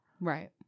right